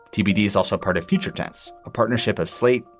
tbd is also part of future tense, a partnership of slate,